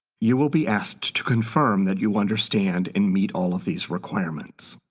you will be asked to confirm that you understand and meet all of these requirements.